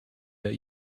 that